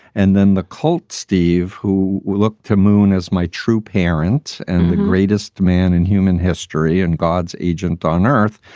and then the cult steve, who will look to moon as my true parent and the greatest man in human history and god's agent on earth.